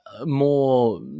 more